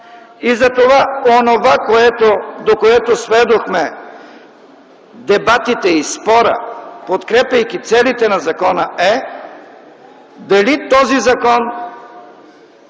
от ГЕРБ.) Онова, до което сведохме дебатите и спора, подкрепяйки целите на закона, е дали този закон